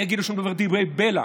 אני אגיד לו שהוא מדבר דברי בלע,